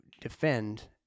defend